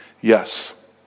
yes